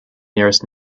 nearest